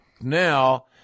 Now